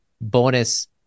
bonus